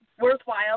worthwhile